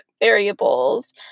variables